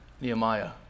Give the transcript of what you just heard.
Nehemiah